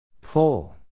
Pull